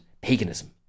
paganism